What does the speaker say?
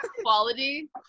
Quality